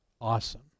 awesome